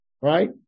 right